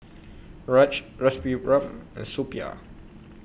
Raj Rasipuram and Suppiah